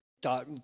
dot